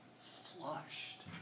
flushed